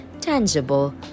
tangible